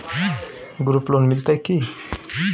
Group loan मिलतै की?